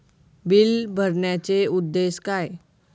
Bill भरण्याचे उद्देश काय?